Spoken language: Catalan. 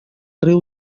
riu